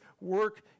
work